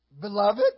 Beloved